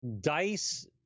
Dice